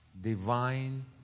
Divine